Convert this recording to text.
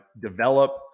develop